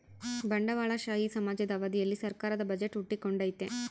ಬಂಡವಾಳಶಾಹಿ ಸಮಾಜದ ಅವಧಿಯಲ್ಲಿ ಸರ್ಕಾರದ ಬಜೆಟ್ ಹುಟ್ಟಿಕೊಂಡೈತೆ